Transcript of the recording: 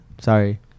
Sorry